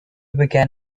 began